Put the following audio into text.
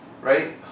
right